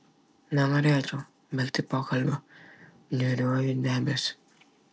nenorėčiau baigti pokalbio niūriuoju debesiu